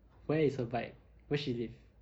where is her bike where she live